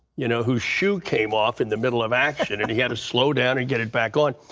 you know, who's shoe came off in the middle of action and he had to slow down and get it back on.